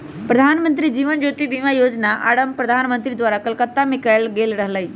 प्रधानमंत्री जीवन ज्योति बीमा जोजना के आरंभ प्रधानमंत्री द्वारा कलकत्ता में कएल गेल रहइ